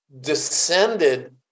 descended